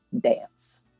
Dance